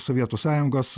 sovietų sąjungos